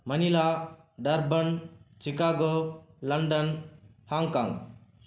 Manila Durban Chicago London Hong Kong